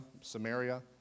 Samaria